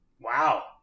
Wow